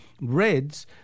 Reds